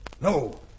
No